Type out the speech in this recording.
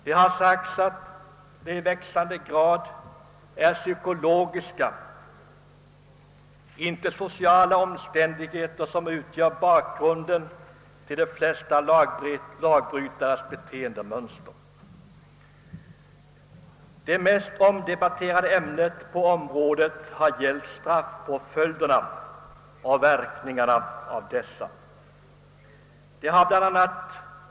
Det har sagts, att det i växande grad är psykologiska och inte sociala omständigheter som utgör bakgrunden till de flesta lagbrytares beteendemönster. Det mest omdebatterade ämnet på området har varit straffpåföljderna och verkningarna av dessa.